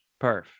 Perf